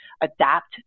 adapt